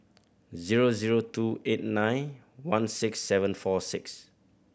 zero zero two eight nine one six seven four six